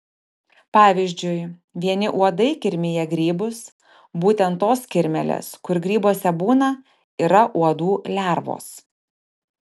pavyzdžiui vieni uodai kirmija grybus būtent tos kirmėlės kur grybuose būna yra uodų lervos